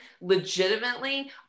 legitimately